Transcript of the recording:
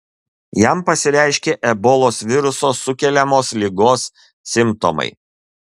jam pasireiškė ebolos viruso sukeliamos ligos simptomai